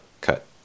cut